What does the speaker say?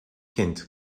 kent